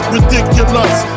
Ridiculous